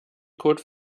code